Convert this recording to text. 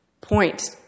point